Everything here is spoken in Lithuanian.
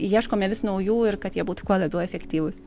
ieškome vis naujų ir kad jie būtų kuo labiau efektyvūs